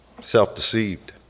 Self-deceived